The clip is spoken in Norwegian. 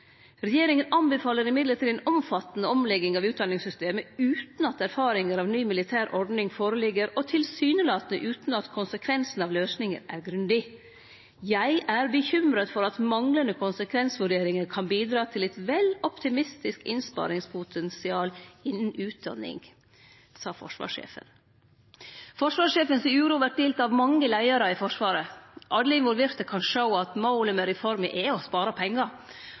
Regjeringen anbefaler imidlertid en omfattende omlegging av utdanningssystemet uten at erfaringer av ny militær ordning foreligger og tilsynelatende uten at konsekvensen av løsningen er grundig vurdert. Jeg er bekymret for at manglende konsekvensvurderinger kan bidra til et vel optimistisk innsparingspotensial innen utdanning.» – Det sa forsvarssjefen. Forsvarssjefens uro vert delt av mange leiarar i Forsvaret. Alle involverte kan sjå at målet med reforma er å spare